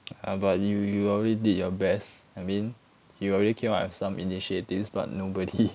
ya but you you already did your best I mean you already came up with some initiatives but nobody